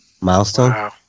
milestone